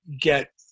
get